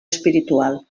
espiritual